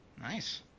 Nice